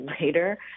later